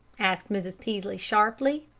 asked mrs. peaslee, sharply.